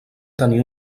tenir